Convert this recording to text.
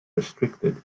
restricted